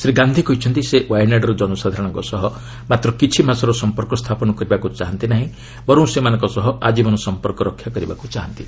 ଶ୍ରୀ ଗାନ୍ଧି କହିଛନ୍ତି ସେ ୱାୟାନାଡ୍ର ଜନସାଧାରଣଙ୍କ ସହ ମାତ୍ର କିଛି ମାସର ସମ୍ପର୍କ ସ୍ଥାପନ କରିବାକୁ ଚାହାନ୍ତି ନାହିଁ ବରଂ ସେମାନଙ୍କ ସହ ଆଜୀବନ ସମ୍ପର୍କ ସ୍ଥାପନ କରିବାକୁ ଚାହାନ୍ତି